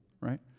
right